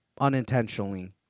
Unintentionally